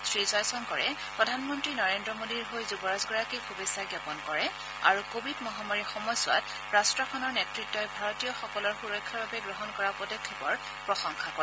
শ্ৰীজয়শংকৰে প্ৰধানমন্ত্ৰী নৰেন্দ্ৰ মোডীৰ হৈ যুৱৰাজগৰাকীক শুভেচ্ছা জ্ঞাপন কৰে আৰু কভিড মহামাৰীৰ সময়ছোৱাত ৰাট্টখনৰ নেতৃতই ভাৰতীয়সকলৰ সুৰক্ষাৰ বাবে গ্ৰহণ কৰা পদক্ষেপৰ প্ৰশংসা কৰে